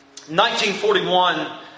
1941